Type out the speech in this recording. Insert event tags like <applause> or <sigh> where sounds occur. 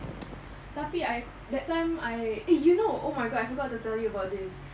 <noise> tapi I that time I eh you know oh my god I forgot to tell you about this